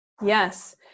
Yes